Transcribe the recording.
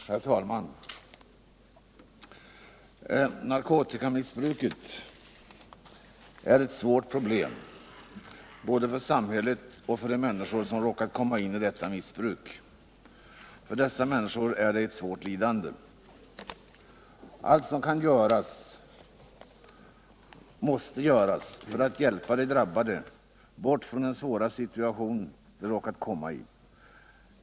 Herr talman! Narkotikamissbruket är ett svårt problem både för samhället och för de människor som råkat komma in i detta missbruk. För dessa människor är det ett svårt lidande. Allt som kan göras måste göras för att hjälpa de drabbade bort från den svåra situation de råkat hamna i.